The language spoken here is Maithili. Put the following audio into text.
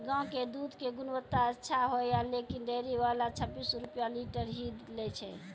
गांव के दूध के गुणवत्ता अच्छा होय या लेकिन डेयरी वाला छब्बीस रुपिया लीटर ही लेय छै?